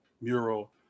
mural